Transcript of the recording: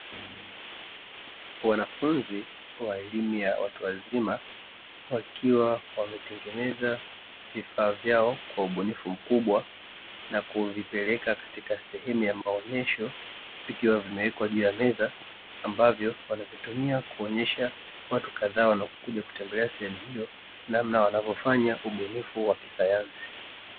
Wanafunzi wa elimu ya watu wazima wakiwa wametengeneza vifaa vyao kwa ubunifu mkubwa, na kuvipeleka katika sehemu ya maonyesho vikiwa vimewekwa juu ya meza, ambavyo wanavitumia kuonyesha watu kadhaa wanaokuja kutembelea sehemu hiyo, namna wanavyofanya ubunifu wa kisayansi.